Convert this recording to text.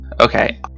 okay